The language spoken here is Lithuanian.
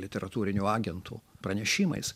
literatūriniu agentu pranešimais